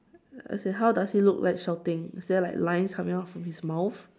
as in how does he look like shouting is there like lines coming out from his mouth